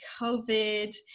covid